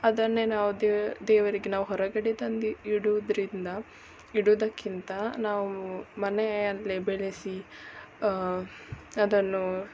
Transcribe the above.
ಅದನ್ನೇ ನಾವು ದೇವ ದೇವರಿಗೆ ನಾವು ಹೊರಗಡೆ ತಂದು ಇಡುವುದರಿಂದ ಇಡುವುದಕ್ಕಿಂತ ನಾವು ಮನೆಯಲ್ಲೇ ಬೆಳೆಸಿ ಅದನ್ನು